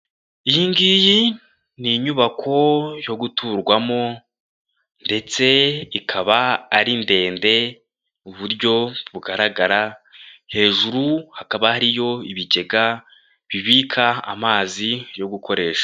Iyi ngiyi ni inyubako yo guturwamo ndetse ikaba ari ndende, uburyo bugaragara, hejuru hakaba hariyo ibigega bibika amazi yo gukoresha.